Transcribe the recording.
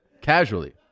casually